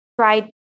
tried